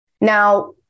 Now